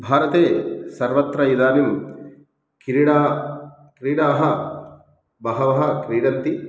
भारते सर्वत्र इदानीं क्रीडाः क्रीडाः बहवः क्रीडन्ति